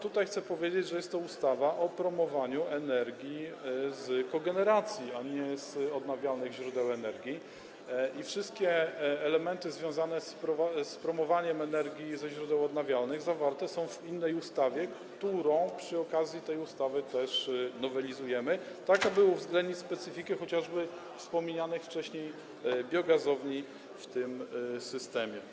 Tutaj chcę powiedzieć, że jest to ustawa o promowaniu energii z kogeneracji, a nie z odnawialnych źródeł energii, i wszystkie elementy związane z promowaniem energii ze źródeł odnawialnych zawarte są w innej ustawie, którą przy okazji tej ustawy też nowelizujemy, tak aby uwzględnić specyfikę chociażby wspominanych wcześniej biogazowni w tym systemie.